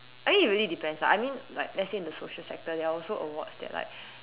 I mean it really depends lah I mean like let's say in the social sector there are also awards that like